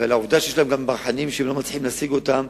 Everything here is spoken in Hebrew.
ועל העובדה שיש להם ברחנים שהם לא מצליחים להשיג אותם,